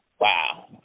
Wow